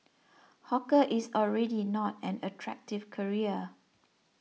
hawker is already not an attractive career